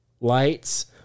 lights